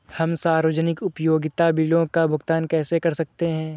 हम सार्वजनिक उपयोगिता बिलों का भुगतान कैसे कर सकते हैं?